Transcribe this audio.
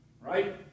Right